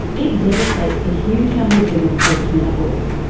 it devastates a huge number of women post-menopause.